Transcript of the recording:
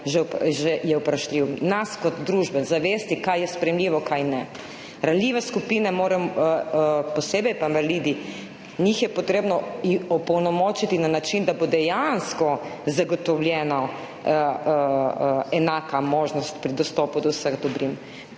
je vprašljiv, nas kot družbe, zavest, kaj je sprejemljivo, kaj ne. Ranljive skupine pa invalidi, moram posebej, njih je potrebno opolnomočiti na način, da bo dejansko zagotovljena enaka možnost pri dostopu do vseh dobrin.